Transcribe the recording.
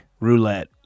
Roulette